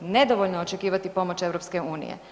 Nedovoljno je očekivati pomoć EU.